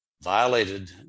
violated